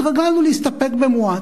התרגלנו להסתפק במועט.